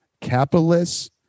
capitalists